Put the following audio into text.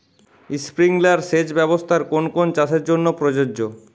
Sprinkler সেচ ব্যবস্থার কোন কোন চাষের জন্য প্রযোজ্য?